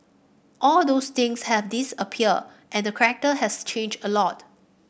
all those things have disappeared and the character has changed a lot